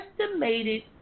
estimated